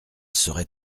serait